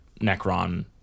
necron